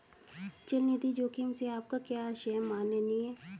चल निधि जोखिम से आपका क्या आशय है, माननीय?